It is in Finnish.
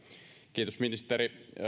kiitos ministeri